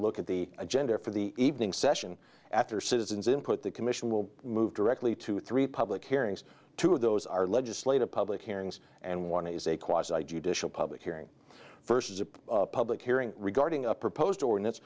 look at the agenda for the evening session after citizens input the commission will move directly to three public hearings two of those are legislative public hearings and one is a quasi judicial public hearing first is a public hearing regarding a proposed ordinance